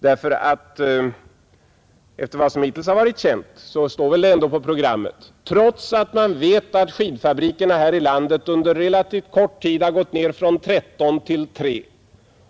Enligt vad som hittills varit känt står det väl ändå på programmet, trots att man vet att antalet skidfabriker här i landet under relativt kort tid har gått ned från 13 till 3.